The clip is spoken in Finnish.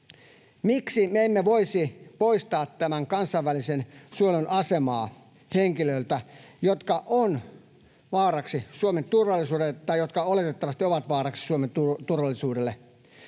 Miksi me emme voisi poistaa kansainvälisen suojelun asemaa henkilöiltä, jotka ovat vaaraksi Suomen turvallisuudelle